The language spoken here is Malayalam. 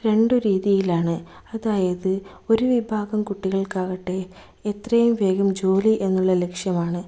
രണ്ടു രീതിയിലാണ് അതായത് ഒരുവിഭാഗം കുട്ടികൾക്കാകട്ടെ എത്രയും വേഗം ജോലി എന്നുള്ള ലക്ഷ്യമാണ്